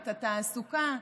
את התעסוקה,